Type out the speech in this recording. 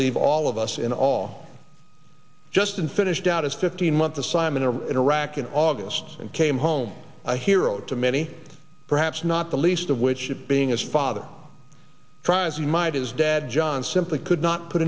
leave all of us in all just unfinished out as fifteen month assignment in iraq in august and came home a hero to many perhaps not the least of which it being his father tries you might his dad john simply could not put